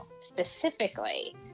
Specifically